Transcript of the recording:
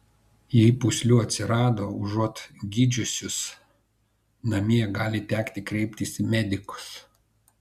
jei pūslių atsirado užuot gydžiusis namie gali tekti kreiptis į medikus